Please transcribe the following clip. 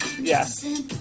Yes